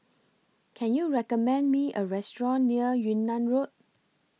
Can YOU recommend Me A Restaurant near Yunnan Road